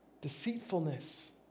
deceitfulness